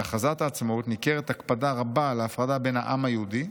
"בהכרזת העצמאות ניכרת הקפדה רבה על ההפרדה בין 'העם היהודי'